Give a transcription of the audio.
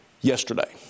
yesterday